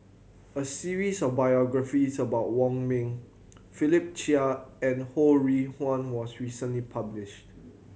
a series of biographies about Wong Ming Philip Chia and Ho Rih Hwa was recently published